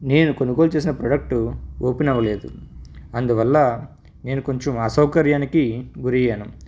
నేను కొనుగోలు చేసిన ప్రొడక్టు ఓపెన్ అవ్వలేదు అందువల్ల నేను కొంచెం అసౌకర్యానికి గురయ్యాను